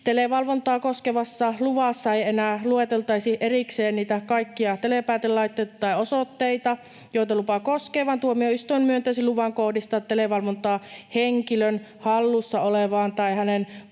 Televalvontaa koskevassa luvassa ei enää lueteltaisi erikseen niitä kaikkia telepäätelaitteita tai -osoitteita, joita lupa koskee, vaan tuomioistuin myöntäisi luvan kohdistaa televalvontaa henkilön hallussa olevaan tai hänen